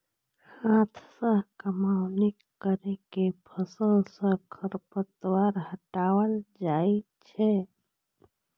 हाथ सं कमौनी कैर के फसल सं खरपतवार हटाएल जाए छै